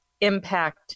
impact